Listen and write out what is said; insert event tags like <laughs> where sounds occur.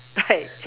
<laughs> right